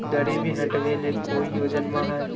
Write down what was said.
गरीबी हटबे ले कोई योजनामा हय?